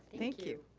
thank you.